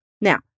Now